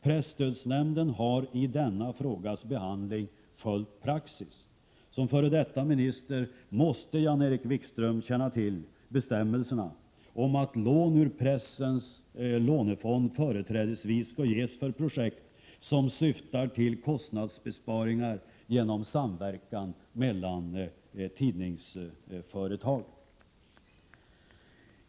Presstödsnämnden har nämligen vid behandlingen av denna fråga följt praxis. Som f.d. minister måste Jan-Erik Wikström känna till bestämmelserna om att lån ur pressens lånefond företrädesvis skall beviljas för projekt som syftar till kostnadsbesparingar genom samverkan mellan tidningsföretag.